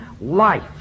life